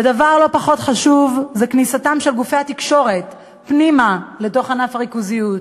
ודבר לא פחות חשוב זה כניסתם של גופי התקשורת פנימה לתוך ענף הריכוזיות.